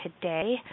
today